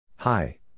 Hi